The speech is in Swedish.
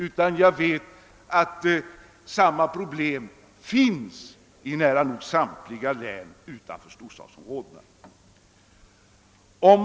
Jag vet att samma problem finns i nära nog samtliga län utanför storstadsområdena.